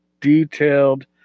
detailed